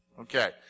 Okay